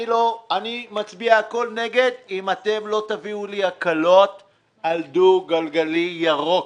אני מצביע על הכול נגד אם אתם לא תביאו לי הקלות על דו גלגלי ירוק.